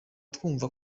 twumva